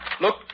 Look